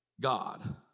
God